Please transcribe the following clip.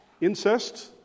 incest